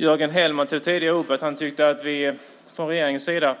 Jörgen Hellman tog tidigare upp att han tyckte att vi från regeringens sida